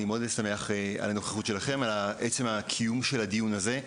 אני מאוד שמח על עצם קיום הדיון הזה ועל הנוכחות שלכם כאן.